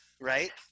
right